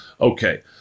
Okay